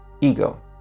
ego